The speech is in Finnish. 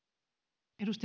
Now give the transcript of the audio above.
arvoisa